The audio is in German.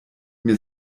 mir